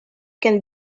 can